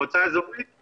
מועצה אזורית